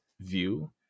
view